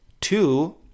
Two